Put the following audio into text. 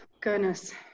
goodness